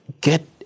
get